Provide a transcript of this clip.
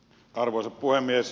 arvoisa puhemies